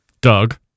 Doug